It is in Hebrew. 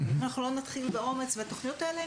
אם אנחנו לא נתחיל באומץ עם התוכניות האלה,